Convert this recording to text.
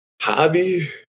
Hobby